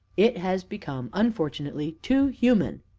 it has become, unfortunately, too human!